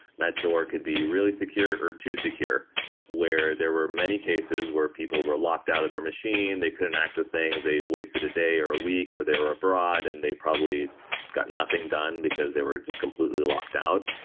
that door could be really secure or too secure where there were many cases where people were locked out of their machine. they couldn't access things. they wasted a day or a week or they're abroad and they probably got nothing done because they were just completely locked out.